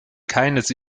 keines